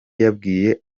yabwiye